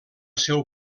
seu